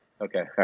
Okay